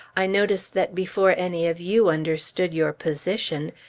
i noticed that before any of you understood your position,